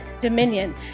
dominion